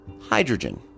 hydrogen